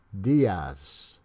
Diaz